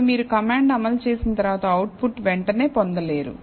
ఇప్పుడు మీరు కమాండ్ అమలు చేసిన తర్వాత అవుట్పుట్ వెంటనే పొందలేరు